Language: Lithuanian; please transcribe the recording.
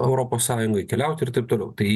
europos sąjungoj keliauti ir taip toliau tai